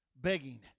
Begging